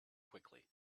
quickly